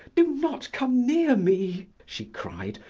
do not come near me! she cried,